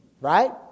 right